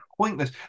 pointless